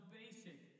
basic